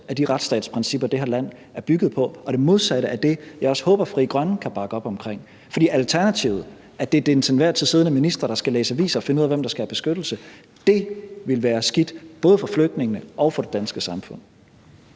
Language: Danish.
af de retsstatsprincipper, som det her land er bygget på, og det modsatte af det, som jeg også håber at Frie Grønne kan bakke op omkring. For alternativet, altså at det er den til enhver tid siddende minister, der skal læse aviser og finde ud af, hvem der skal have beskyttelse, ville være skidt, både for flygtningene og for det danske samfund.